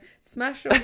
Smash